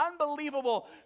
unbelievable